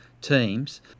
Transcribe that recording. teams